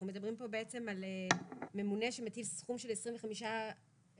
אנחנו מדברים פה בעצם על ממונה שמטיל סכום של 25,000